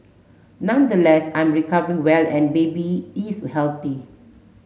nonetheless I'm recovering well and baby is healthy